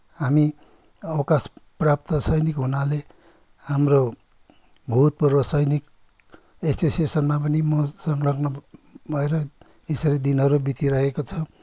हामी अवकाशप्राप्त सैनिक हुनाले हाम्रो भूतपूर्व सैनिक एसोसिएसनमा पनि म संलग्न भएर यसरी दिनहरू बितिरहेको छ